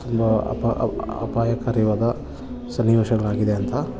ತುಂಬ ಅಪಾ ಅಪ್ ಅಪಾಯಕಾರಿಯಾದ ಸನ್ನಿವೇಶಗಳಾಗಿದೆ ಅಂತ